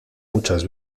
muchas